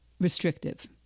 restrictive